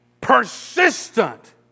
persistent